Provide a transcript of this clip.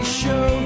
show